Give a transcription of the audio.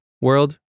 world